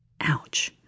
Ouch